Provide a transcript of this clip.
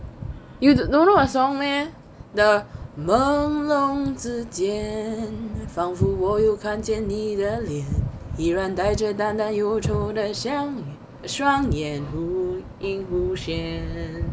you don't know what song meh the 朦胧之间仿佛我又看见你的脸依然带着淡淡忧愁的双双眼忽隐忽现